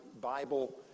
Bible